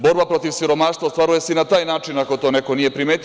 Borba protiv siromaštva ostvaruje i na taj način, ako to neko nije primetio.